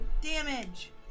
damage